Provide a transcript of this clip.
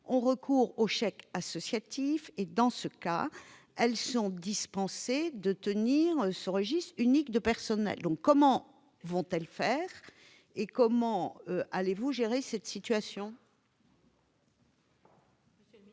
ont recours au chèque associatif et, dans ce cas, elles sont dispensées de tenir ce registre unique du personnel. Dès lors, comment vont-elles faire et comment allez-vous gérer cette situation,